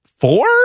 four